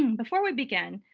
um before we begin,